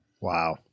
Wow